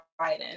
Biden